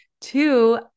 Two